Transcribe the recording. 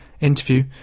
interview